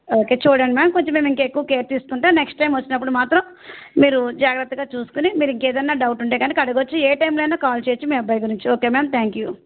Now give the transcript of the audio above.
okay చూడండి ma'am కొంచెం మేమింకా ఎక్కువ కేర్ తీస్కుంటాం నెక్స్ట్ టైం వచ్చినప్పుడు మాత్రం మీరు జాగ్రత్తగా చూస్కుని మీరింకేదైనా డౌట్ ఉంటె కనుక అడగచ్చు ఏ టైంలో అయినా కాల్ చెయ్యచ్చు మీ అబ్బాయి గురించి ఓకే మామ్ థాంక్యూ